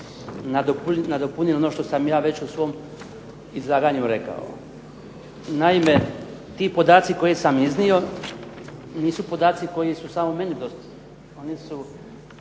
nadopunili ono što sam ja već u svom izlaganju rekao. Naime, ti podaci koje sam iznio nisu podaci koji su samo meni dostupni.